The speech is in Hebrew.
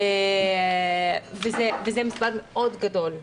-- וזה מספר מאוד גדול.